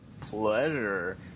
pleasure